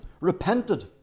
repented